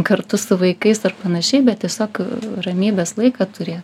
kartu su vaikais ar panašiai bet tiesiog ramybės laiką turėt